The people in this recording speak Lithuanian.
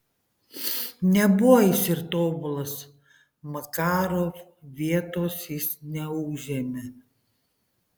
nebuvo jis ir tobulas makarov vietos jis neužėmė